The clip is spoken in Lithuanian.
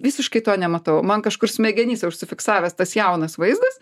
visiškai to nematau man kažkur smegenyse užsifiksavęs tas jaunas vaizdas